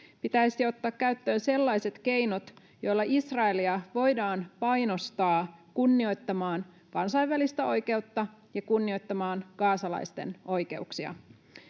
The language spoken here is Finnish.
Pitäisi ottaa käyttöön sellaiset keinot, joilla Israelia voidaan painostaa kunnioittamaan kansainvälistä oikeutta ja kunnioittamaan gazalaisten oikeuksia.